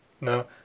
No